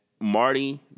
Marty